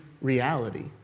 reality